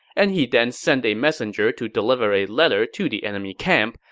and he then sent a messenger to deliver a letter to the enemy camp,